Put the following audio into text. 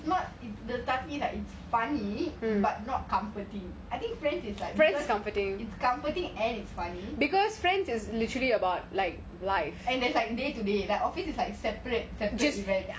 not the தந்திர:thathira like it's funny but not comforting I think friends is like comforting and it's funny and it's like day to day office is like separate events